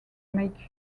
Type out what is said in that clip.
make